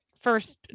First